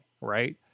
right